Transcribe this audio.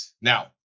now